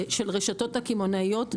הרשתות הקמעונאיות,